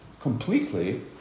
completely